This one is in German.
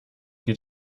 geht